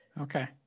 Okay